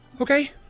Okay